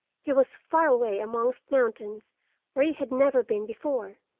he was far away amongst mountains where he had never been before,